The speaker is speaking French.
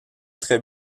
très